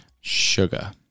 Sugar